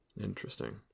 Interesting